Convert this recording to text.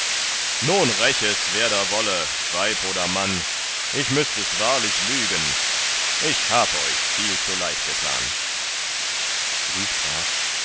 nun räch es wer da wolle weib oder mann ich müßt es wahrlich lügen ich hab euch viel zuleid getan sie sprach